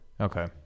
Okay